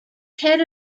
head